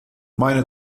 meine